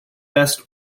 best